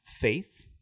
faith